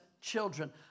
children